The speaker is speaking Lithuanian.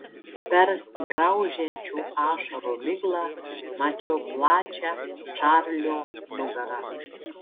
per graužiančių ašarų miglą mačiau plačią čarlio nugarą